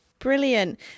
Brilliant